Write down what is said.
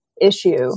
issue